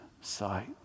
sight